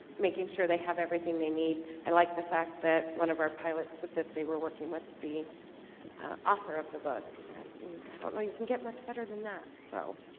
making sure they have everything they need i like the fact that one of our pilots said that they were working with the author of the book and you i don't know you can get much better than that. so